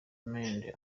mdee